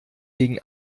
gegen